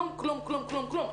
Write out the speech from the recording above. כלום, כלום, כלום.